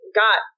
got